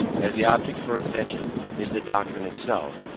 as the object for attention is the doctrine itself,